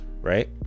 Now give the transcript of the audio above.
right